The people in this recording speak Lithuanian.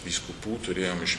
vyskupų turėjom iš